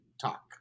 talk